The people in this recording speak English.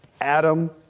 Adam